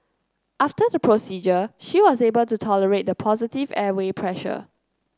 after the procedure she was able to tolerate the positive airway pressure